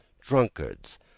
drunkards